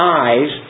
eyes